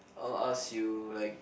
I'll ask you like